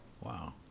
Wow